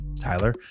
Tyler